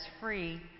free